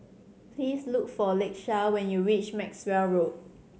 please look for Lakeisha when you reach Maxwell Road